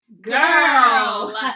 girl